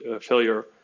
failure